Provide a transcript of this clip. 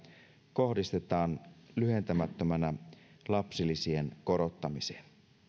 kohdistetaan lyhentämättömänä lapsilisien korottamiseen